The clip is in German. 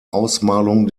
ausmalung